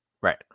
Right